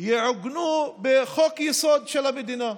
יעוגנו בחוק-יסוד של המדינה?